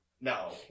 no